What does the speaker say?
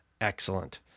Excellent